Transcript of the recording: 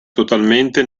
totalmente